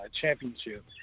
championship